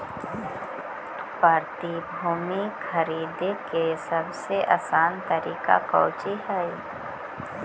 प्रतिभूति खरीदे के सबसे आसान तरीका कउची हइ